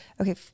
okay